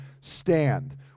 stand